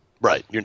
Right